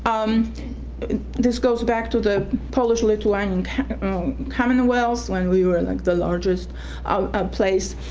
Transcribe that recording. um this goes back to the polish-lithuanian commonwealth when we were like the largest place.